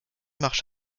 marche